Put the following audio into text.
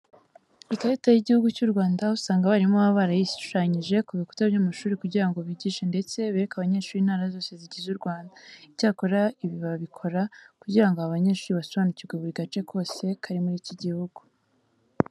Ikarita y'Igihugu cy'u Rwanda usanga abarimu baba barayishushanyije ku bikuta by'amashuri kugira ngo bigishe ndetse bereke abanyeshuri intara zose zigize u Rwanda. Icyakora ibi babikora kugira ngo aba banyeshuri basobanukirwe buri gace kose kari muri iki gihugu.